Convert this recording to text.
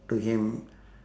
to him